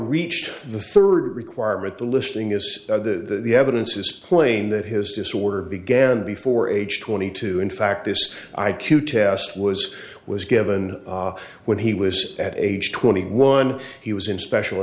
reached the third requirement the listening is the evidence is plain that his disorder began before age twenty two in fact this i q test was was given when he was at age twenty one he was in special